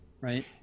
right